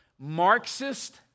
Marxist